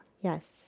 Yes